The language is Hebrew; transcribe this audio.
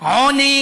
עוני